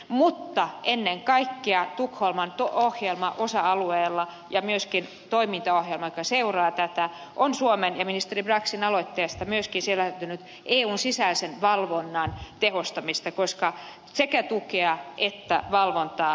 mutta ennen kaikkea tukholman ohjelma osa alueella ja myöskin toimintaohjelma joka seuraa tätä on suomen ja ministeri braxin aloitteesta myöskin sisältänyt eun sisäisen valvonnan tehostamista koska sekä tukea että valvontaa tarvitaan